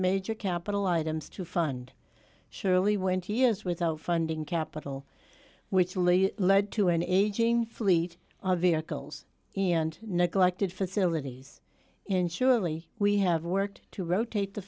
major capital items to fund surely went years without funding capital which only led to an aging fleet of vehicles and neglected facilities in surely we have worked to rotate the